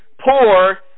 poor